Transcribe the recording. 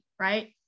right